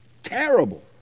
terrible